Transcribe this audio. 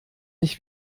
nicht